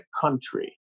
country